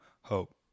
hope